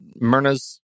Myrna's